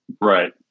Right